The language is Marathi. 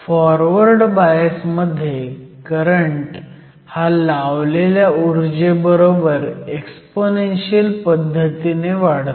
फॉरवर्ड बायस मध्ये करंट हा लावलेल्या उर्जेबरोबर एक्स्पोनेन्शियल पद्धतीने वाढतो